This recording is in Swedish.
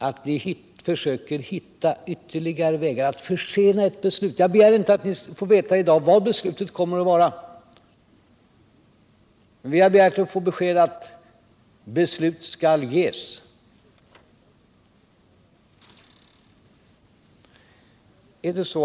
Men försöker ni hitta ytterligare vägar att försena ett beslut? Jag begär inte i dag att få veta vad beslutet kommeratt vara, utan vi har begärt att få ett besked om att beslutet skall fattas.